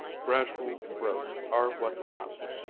gradual growths are what last.